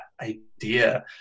idea